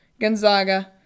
Gonzaga